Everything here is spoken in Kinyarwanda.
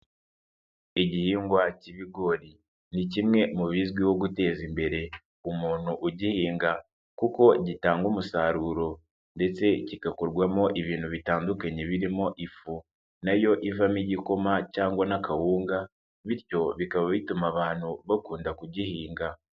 Igihingwa cy'ibigori ni kimwe mu bizwiho guteza imbere umuntu ugihinga kuko gitanga umusaruro ndetse kigakorwamo ibintu bitandukanye birimo ifu, na yo ivamo igikoma cyangwa n'akawunga, bityo bikaba bituma abantu bakunda kugihinga.